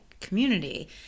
community